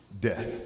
death